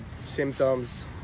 symptoms